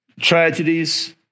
Tragedies